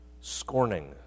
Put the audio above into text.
scorning